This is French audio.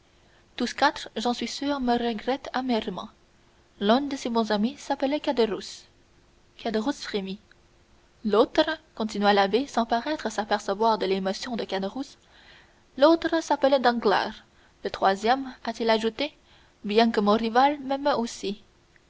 tous quatre j'en suis sûr me regrettent amèrement l'un de ces bons amis s'appelait caderousse caderousse frémit l'autre continua l'abbé sans paraître s'apercevoir de l'émotion de caderousse l'autre s'appelait danglars le troisième a-t-il ajouté bien que mon rival m'aimait aussi